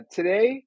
Today